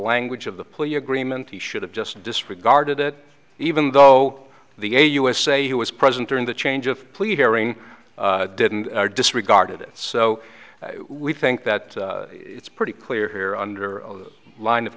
language of the plea agreement he should have just disregarded it even though the a usa who was present during the change of pleas hearing didn't disregarded it so we think that it's pretty clear here under the line of